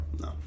No